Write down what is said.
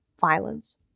violence